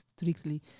strictly